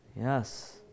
Yes